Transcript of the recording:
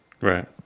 Right